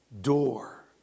door